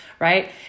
right